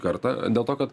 kartą dėl to kad